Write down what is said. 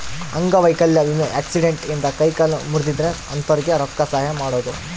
ಅಂಗವೈಕಲ್ಯ ವಿಮೆ ಆಕ್ಸಿಡೆಂಟ್ ಇಂದ ಕೈ ಕಾಲು ಮುರ್ದಿದ್ರೆ ಅಂತೊರ್ಗೆ ರೊಕ್ಕ ಸಹಾಯ ಮಾಡೋದು